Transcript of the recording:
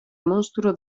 monstruo